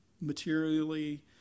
materially